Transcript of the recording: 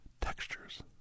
textures